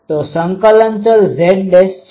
તો સંકલન ચલ Z' છે